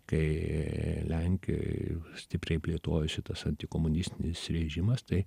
kai lenkijoj stipriai plėtojosi tas antikomunistinis režimas tai